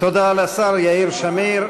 תודה לשר יאיר שמיר.